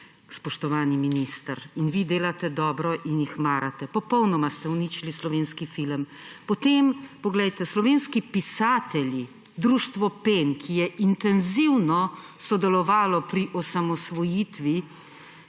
spoštovani minister, in vi delate dobro in jih marate. Popolnoma ste uničili slovenski film. Slovenski pisatelji, Društvo Pen, ki je intenzivno sodelovalo pri osamosvojitvi,